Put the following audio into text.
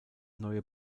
neue